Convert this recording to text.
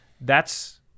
That's-